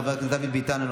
חבר הכנסת דוד ביטן,